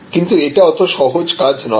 কিন্তু এটা অত সহজ কাজ নয়